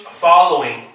following